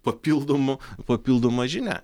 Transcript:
papildomu papildoma žinia